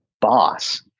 boss